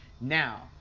Now